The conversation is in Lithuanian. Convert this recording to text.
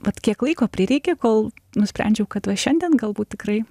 vat kiek laiko prireikė kol nusprendžiau kad va šiandien galbūt tikrai